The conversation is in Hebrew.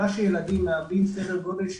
העובדה שילדים מהווים סדר גודל של